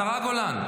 השרה גולן,